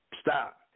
Stop